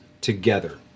together